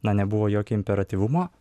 na nebuvo jokio imperatyvumo